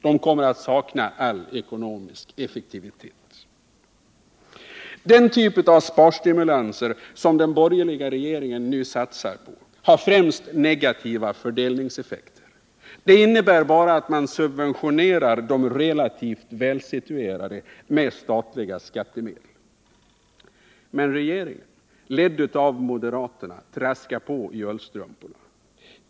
De kommer att sakna all ekonomisk effektivitet. Den typ av sparstimulanser som den borgerliga regeringen nu satsar på har främst negativa fördelningseffekter. De innebär bara att man subventionerar de relativt välsituerade med statliga skattemedel. Men regeringen, ledd av moderaterna, traskar på i ullstrumporna.